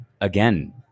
again